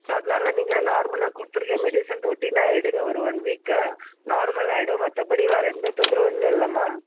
so அதனால நீங்கள் நார்மலாக கொடுத்துருக்குற மெடிசன் ரொட்டீனாக எடுங்க ஒரு ஒன் வீக்கு நார்மல் ஆயிடும் மற்றபடி வேறு எந்த தொந்தரவும் இல்லைல்லம்மா